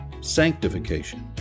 sanctification